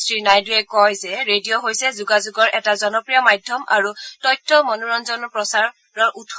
শ্ৰীনাইডুৱে কয় যে ৰেডিঅ হৈছে যোগাযোগৰ এটা জনপ্ৰিয় মাধ্যম আৰু তথ্য তথা মনোৰঞ্জনৰ প্ৰধান উৎস